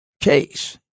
case